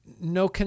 no